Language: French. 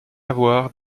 avoir